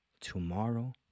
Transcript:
tomorrow